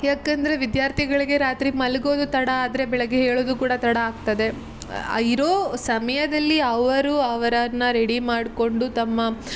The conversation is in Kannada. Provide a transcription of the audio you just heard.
ಯಾಕೆಂದ್ರೆ ವಿದ್ಯಾರ್ಥಿಗಳಿಗೆ ರಾತ್ರಿ ಮಲಗೋದು ತಡ ಆದರೆ ಬೆಳಗ್ಗೆ ಏಳೋದು ಕೂಡ ತಡ ಆಗ್ತದೆ ಇರೋ ಸಮಯದಲ್ಲಿ ಅವರು ಅವರನ್ನು ರೆಡಿ ಮಾಡಿಕೊಂಡು ತಮ್ಮ